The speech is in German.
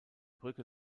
brücke